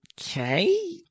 Okay